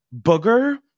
Booger